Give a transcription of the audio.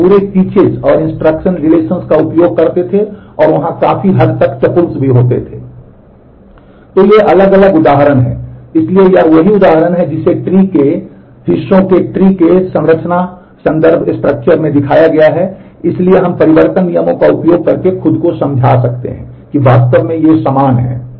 तो ये अलग अलग उदाहरण हैं इसलिए यह वही उदाहरण है जिसे ट्री के संदर्भ में दिखाया जा रहा है इसलिए हम परिवर्तन नियमों का उपयोग करके खुद को समझा सकते हैं कि वे वास्तव में समान हैं